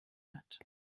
hat